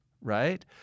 right